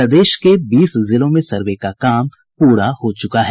प्रदेश के बीस जिलों में सर्वे का काम पूरा हो चुका है